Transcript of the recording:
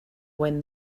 when